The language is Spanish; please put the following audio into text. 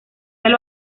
del